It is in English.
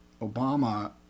Obama